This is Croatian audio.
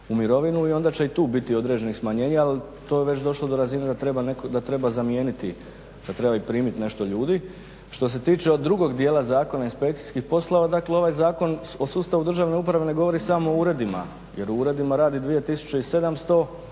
u mirovinu i onda će i tu biti određenih smanjena ali to je već došlo do razine da treba zamijeniti, da trebaju primiti nešto ljudi. Što se tiče drugog dijela zakona inspekcijskih poslova ovaj zakon o sustavu državne uprave ne govori samo o uredima, jer u uredima radi 2700,